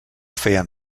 feien